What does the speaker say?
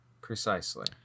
precisely